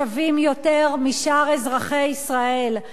לשווים יותר משאר אזרחי ישראל.